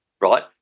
right